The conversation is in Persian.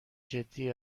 جدی